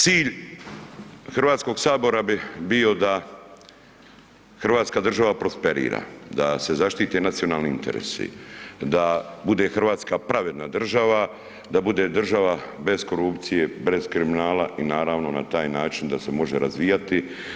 Cilj Hrvatskoga sabora bi bio da hrvatska država prosperira, da se zaštite nacionalni interesi, da bude Hrvatska pravedna država, da bude država bez korupcije, bez kriminala i naravno na taj način da se može razvijati.